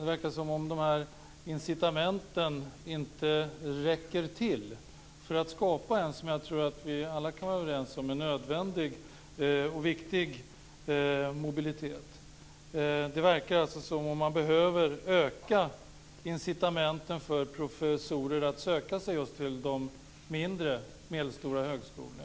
Det verkar som om incitamenten inte räcker till för att skapa en, som jag tror att vi alla kan vara överens om, nödvändig och viktig mobilitet. Det verkar som om man behöver öka incitamenten för professorer att söka sig just till de mindre och medelstora högskolorna.